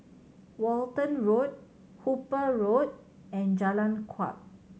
Walton Road Hooper Road and Jalan Kuak